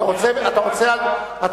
אין ברירה.